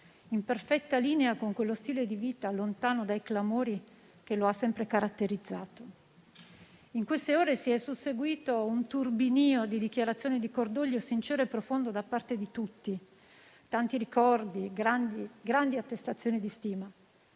in perfetta linea con quello stile di vita lontano dai clamori che lo ha sempre caratterizzato. In queste ore si è susseguito un turbinio di dichiarazioni di cordoglio sincero e profondo da parte di tutti, tanti ricordi, grandi attestazioni di stima;